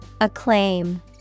Acclaim